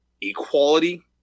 equality